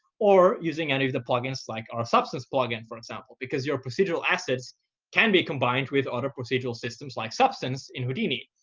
or using any of the plugins like our substance plugin, for example, because your procedural assets can be combined with other procedural systems like substance in houdini.